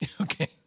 Okay